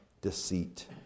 deceit